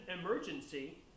emergency –